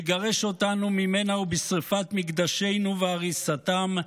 בגרש אותנו ממנה ובשרפת מקדשנו והריסתם,